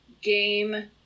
Game